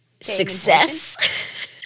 success